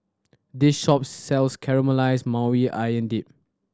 this shop sells Caramelized Maui Onion Dip